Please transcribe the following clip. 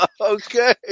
Okay